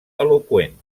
eloqüent